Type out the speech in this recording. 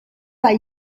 are